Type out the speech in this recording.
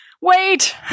wait